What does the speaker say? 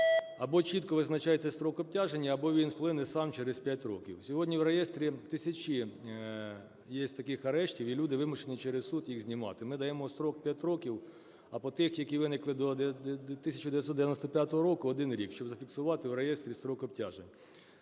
або чітко визначайте строк обтяження, або він сплине сам через 5 років. Сьогодні в реєстрі тисячі єсть таких арештів і люди вимушені через суд їх знімати. Ми даємо строк 5 років, а по тих, які виникли до 1995 року – 1 рік, щоб зафіксувати в реєстрі строк обтяжень.